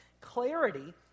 clarity